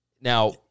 Now